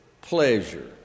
pleasure